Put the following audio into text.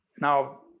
Now